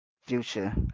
future